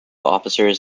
officers